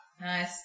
Nice